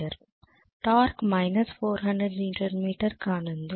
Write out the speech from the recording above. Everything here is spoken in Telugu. టార్క్ 400 న్యూటన్ మీటర్ కానుంది